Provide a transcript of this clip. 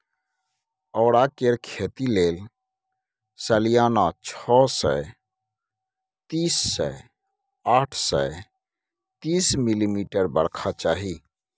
औरा केर खेती लेल सलियाना छअ सय तीस सँ आठ सय तीस मिलीमीटर बरखा चाही